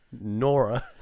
Nora